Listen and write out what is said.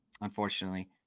Unfortunately